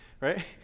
right